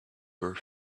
were